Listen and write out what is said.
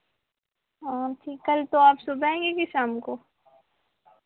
हाँ कल तो आप सुबह आएंगे कि शाम को